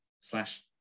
slash